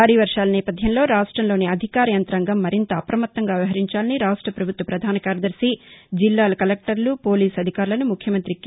భారీ వర్వాల నేపథ్యంలో రాష్టంలోని అధికార యంత్రాంగం మరింత అప్రమత్తంగా వ్యవహరించాలని రాష్ట్ర ప్రభుత్వ ప్రధాన కార్యదర్శి జిల్లా కలెక్టర్లు పోలీసు అధికారులను ముఖ్యమంత్రి కె